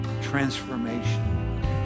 transformation